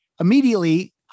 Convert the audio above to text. immediately